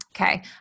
Okay